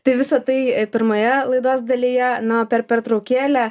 tai visą tai pirmoje laidos dalyje na o per pertraukėlę